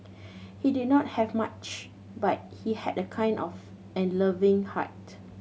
he did not have much but he had a kind of and loving heart